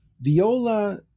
Viola